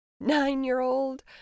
nine-year-old